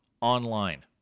online